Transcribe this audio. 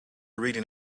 reading